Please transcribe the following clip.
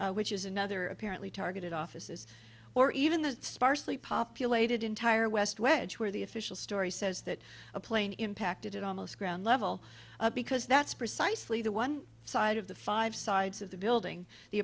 plot which is another apparently targeted offices or even the sparsely populated entire west wedge where the official story says that a plane impacted almost ground level because that's precisely the one side of the five sides of the building the